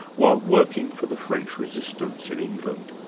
while working for the french resistance in england.